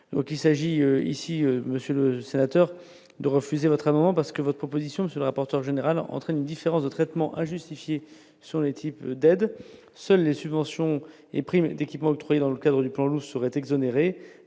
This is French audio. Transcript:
donc il s'agit ici, monsieur le sénateur, de refuser votre amant parce que votre proposition du rapporteur général en entrée, une différence de traitement injustifiée sur les types d'aides, seules les subventions et prime d'équipement dans le cadre du plan loup seraient exonérées